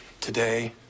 Today